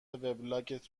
وبلاگت